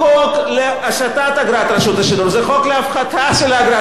שלא תהיה אגרת רשות השידור.